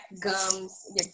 gums